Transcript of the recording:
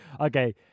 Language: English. Okay